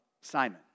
Simon